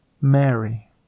Mary